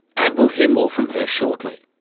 and we'll hear more from her shortly.